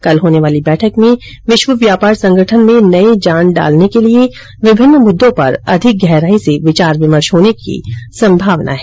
कल होने वाली बैठक में विश्व व्यापार संगठन में नई जान डालने के लिए विभिन्न मुद्दों पर अधिक गहराई से विचार विमर्श होने की संभावना है